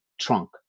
trunk